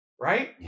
right